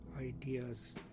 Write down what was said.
ideas